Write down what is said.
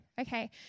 Okay